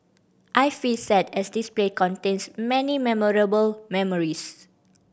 I feel sad as this place contains many memorable memories